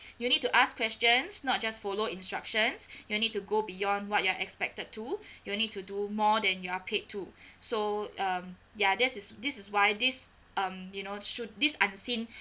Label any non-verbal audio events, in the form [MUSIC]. [BREATH] you need to ask questions not just follow instructions [BREATH] you'll need to go beyond what you are expected to [BREATH] you'll need to do more than you are paid to [BREATH] so um ya that is this is why this um you know should this unseen [BREATH]